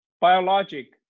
Biologic